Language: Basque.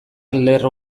lerro